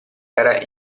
era